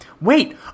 Wait